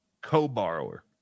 co-borrower